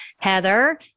Heather